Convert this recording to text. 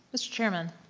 mr. chairman,